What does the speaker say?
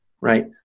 right